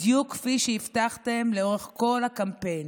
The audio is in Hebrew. בדיוק כפי שהבטחתם לאורך כל הקמפיין.